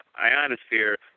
ionosphere